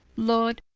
lord,